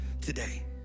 today